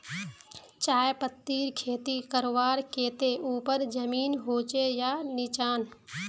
चाय पत्तीर खेती करवार केते ऊपर जमीन होचे या निचान?